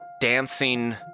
dancing